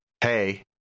hey